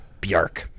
Bjark